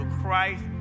Christ